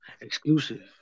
Exclusive